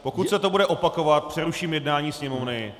Pokud se to bude opakovat, přeruším jednání Sněmovny.